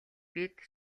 бид